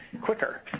quicker